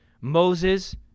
Moses